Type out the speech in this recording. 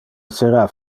essera